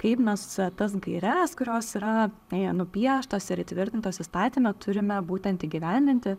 kaip mes tas gaires kurios yra nupieštos ir įtvirtintos įstatyme turime būtent įgyvendinti